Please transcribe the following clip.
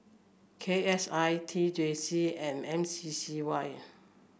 K S I T J C and M C C Y